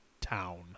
town